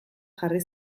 jarri